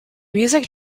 music